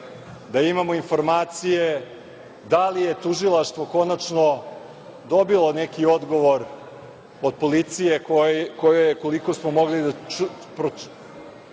da imamo informacije da li je tužilaštvo konačno dobilo neki odgovor od policije koja je koliko smo mogli da